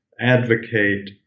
advocate